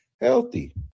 healthy